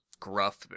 Gruff